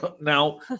Now